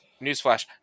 newsflash